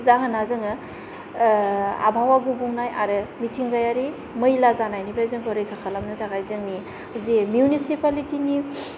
जाहोना जोङो आबहावा गुबुंनाय आरो मिथिंगायारि मैला जानायनिफ्राय जोंखौ रैखा खालामनो थाखाय जोंनि जे मिउनिसिफालिटि नि